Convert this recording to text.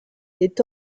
est